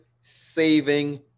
saving